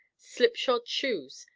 slip-shod shoes,